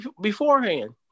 beforehand